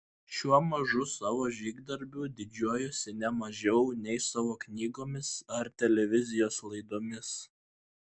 šiuo mažu savo žygdarbiu didžiuojuosi ne mažiau nei savo knygomis ar televizijos laidomis